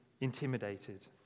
intimidated